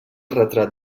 retrat